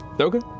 Okay